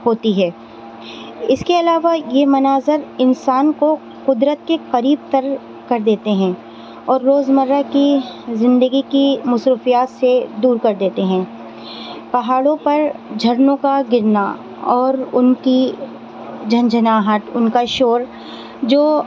ہوتی ہے اس کے علاوہ یہ مناظر انسان کو قدرت کے قریب تر کر دیتے ہیں اور روزمرہ کی زندگی کی مصروفیات سے دور کر دیتے ہیں پہاڑوں پر جھرنوں کا گرنا اور ان کی جھنجھناہٹ ان کا شور جو